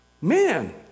Man